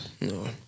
No